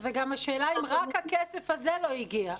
השאלה אם רק הכסף הזה לא הגיע.